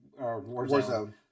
Warzone